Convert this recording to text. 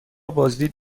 بازدید